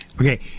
Okay